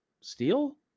steel